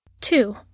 Two